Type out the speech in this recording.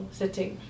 sitting